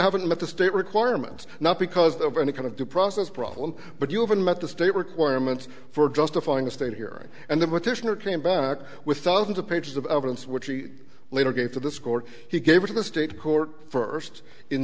haven't met the state requirements not because of any kind of due process problem but you haven't met the state requirement for justifying a state here and there but there's no came back with thousands of pages of evidence which he later gave to this court he gave to the state court first in